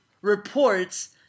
reports